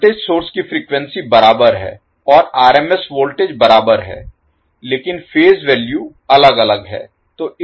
voltage source की frequency बराबर है और RMS वोल्टेज बराबर है लेकिन फेज वैल्यू अलग अलग हैं